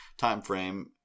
timeframe